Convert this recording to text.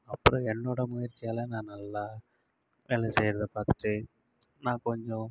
அப்புறம் என்னோட முயற்சியால் நான் நல்லா வேலை செய்றதை பார்த்துட்டு நான் கொஞ்சம்